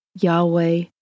Yahweh